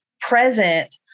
present